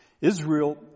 Israel